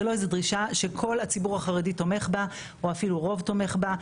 זה לא איזו דרישה שכל הציבור החרדי תומך בה או אפילו רוב תומך בה.